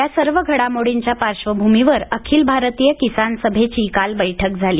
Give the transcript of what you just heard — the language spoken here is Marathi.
या सर्व घडामोडींच्या पार्श्वभूमीवर अखिल भारतीय किसान सभेची काल बैठक झाली